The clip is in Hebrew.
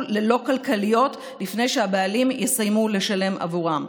ללא-כלכליות לפני שהבעלים יסיימו לשלם עבורן.